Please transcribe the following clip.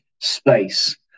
space